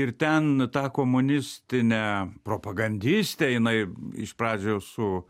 ir ten tą komunistinę propagandistė jinai iš pradžių su